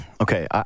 okay